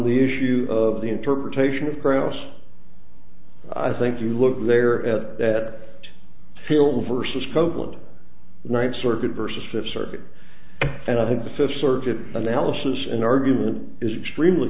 the issue of the interpretation of cross i think you look there at that film versus focus on the ninth circuit versus fifth circuit and i think the fifth circuit analysis an argument is extremely